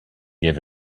gave